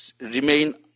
remain